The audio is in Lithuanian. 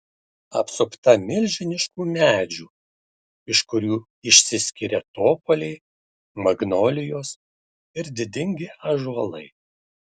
apsupta milžiniškų medžių iš kurių išsiskiria topoliai magnolijos ir didingi ąžuolai